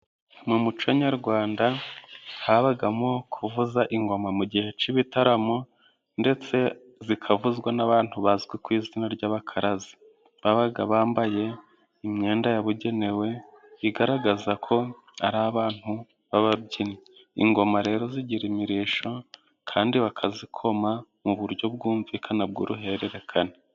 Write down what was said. Mu muco nyarwanda habagamo kuvuza ingoma mu gihe cy'ibitaramo ndetse zikavuzwa n'abantu bazwi ku izina ry'abakaraza, babaga bambaye imyenda yabugenewe, bigaragaza ko ari abantu b'ababyinnyi. Ingoma rero zigira imirishyo, kandi bakazikoma mu buryo bwumvikana bw'uruhererekane.